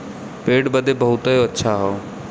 पेट बदे बहुते अच्छा हौ